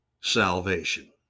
salvation